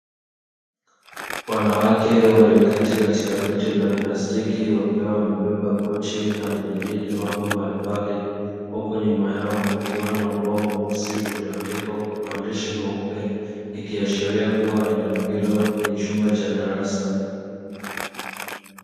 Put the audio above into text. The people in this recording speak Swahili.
Wanawake walioketi katika viti vya plastiki wakiwa wamebeba pochi na kujadili mambo mbalimbali huku nyuma yao kukiwa na ubao mweusi ulioandikwa kwa maandishi meupe ikiashiria kuwa eneo hilo ni chumba cha darasa.